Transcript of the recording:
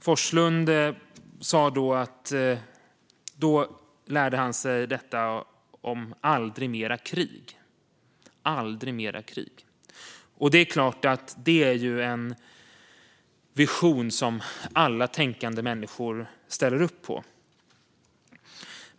Forslund sa att då lärde han sig detta om "aldrig mer krig". Det är klart att det är en vision som alla tänkande människor ställer upp på.